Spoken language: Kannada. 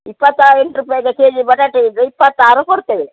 ಇಪ್ಪತ್ತೆಂಟು ರೂಪಾಯ್ಗೆ ಕೆಜಿ ಬಟಾಟೆ ಇದ್ದರೆ ಇಪ್ಪತ್ತಾರು ಕೊಡ್ತೇವೆ